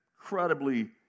incredibly